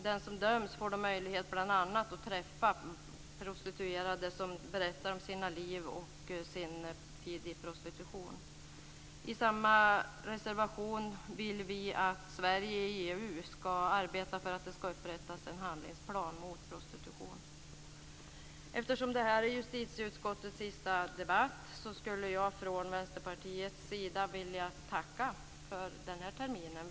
Den som döms får bl.a. möjlighet att träffa prostituerade som berättar om sina liv och sin tid i prostitution. I samma reservation vill vi att Sverige i EU ska arbeta för att det ska upprättas en handlingsplan mot prostitution. Eftersom det här är justitieutskottets sista debatt innan uppehållet vill jag från Vänsterpartiets sida tacka för den här terminen.